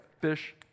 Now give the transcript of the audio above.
fish